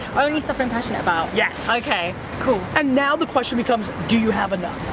only stuff i'm passionate about yes! okay, cool. and now, the question becomes, do you have enough?